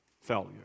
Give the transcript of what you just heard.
Failure